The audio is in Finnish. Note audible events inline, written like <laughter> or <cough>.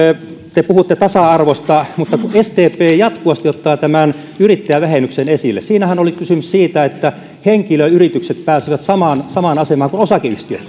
tasa arvosta mutta kun sdp jatkuvasti ottaa tämän yrittäjävähennyksen esille siinähän oli kysymys siitä että henkilöyritykset pääsevät samaan samaan asemaan kuin osakeyhtiöt <unintelligible>